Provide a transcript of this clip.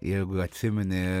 jeigu atsimeni